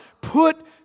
put